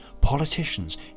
Politicians